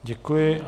Děkuji.